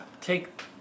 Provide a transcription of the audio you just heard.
take